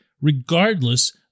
regardless